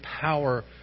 power